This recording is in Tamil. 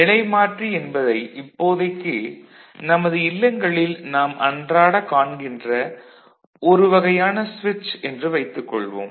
நிலைமாற்றி என்பதை இப்போதைக்கு நமது இல்லங்களில் நாம் அன்றாட காண்கின்ற ஒரு வகையான சுவிட்ச் என்று வைத்துக் கொள்வோம்